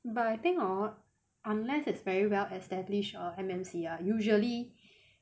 but I think hor unless it's very well establish or M_N_C are usually